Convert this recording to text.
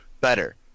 better